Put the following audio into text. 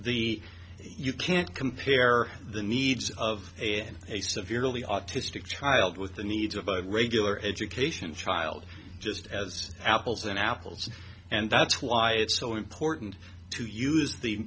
the you can't compare the needs of it a severely autistic child with the needs of a regular education child just as apples and apples and that's why it's so important to use the